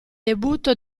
debutto